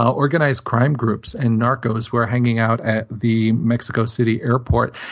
organized crime groups and narcos were hanging out at the mexico city airport.